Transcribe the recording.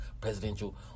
presidential